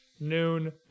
Noon